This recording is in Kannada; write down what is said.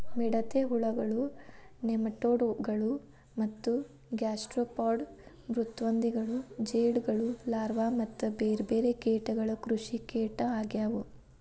ಮಿಡತೆ ಹುಳಗಳು, ನೆಮಟೋಡ್ ಗಳು ಮತ್ತ ಗ್ಯಾಸ್ಟ್ರೋಪಾಡ್ ಮೃದ್ವಂಗಿಗಳು ಜೇಡಗಳು ಲಾರ್ವಾ ಮತ್ತ ಬೇರ್ಬೇರೆ ಕೇಟಗಳು ಕೃಷಿಕೇಟ ಆಗ್ಯವು